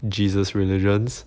jesus religions